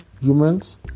humans